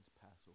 Passover